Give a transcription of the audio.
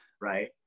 Right